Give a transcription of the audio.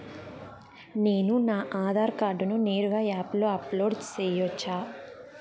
నేను నా ఆధార్ కార్డును నేరుగా యాప్ లో అప్లోడ్ సేయొచ్చా?